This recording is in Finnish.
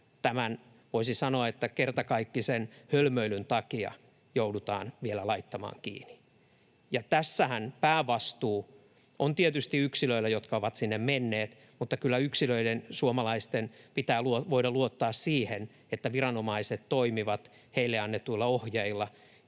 tämän, voisi sanoa, kertakaikkisen hölmöilyn takia joudutaan vielä laittamaan kiinni. Tässähän päävastuu on tietysti yksilöillä, jotka ovat sinne menneet, mutta kyllä yksilöiden, suomalaisten, pitää voida luottaa siihen, että viranomaiset toimivat heille annetuilla ohjeilla.